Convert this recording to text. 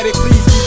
please